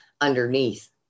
underneath